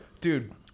dude